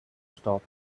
stop